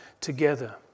together